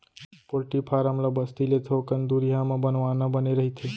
poultry farm ल बस्ती ले थोकन दुरिहा म बनवाना बने रहिथे